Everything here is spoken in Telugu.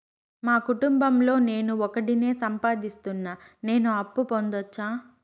మా కుటుంబం లో నేను ఒకడినే సంపాదిస్తున్నా నేను అప్పు పొందొచ్చా